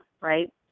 right